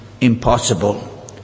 impossible